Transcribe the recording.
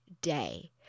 day